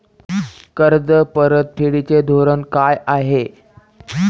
कर्ज परतफेडीचे धोरण काय आहे?